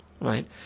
right